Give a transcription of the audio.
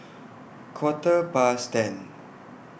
Quarter Past ten